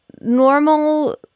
normal